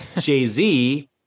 jay-z